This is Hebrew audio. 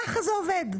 ככה זה עובד.